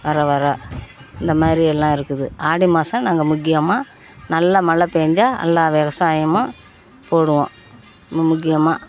வர வர இந்தமாதிரி எல்லாம் இருக்குது ஆடி மாசம் நாங்கள் முக்கியமாக நல்லா மழை பேய்ஞ்சா நல்லா விவசாயமா போடுவோம் முக்கியமாக